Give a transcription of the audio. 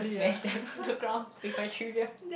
smash them in the ground with my trivia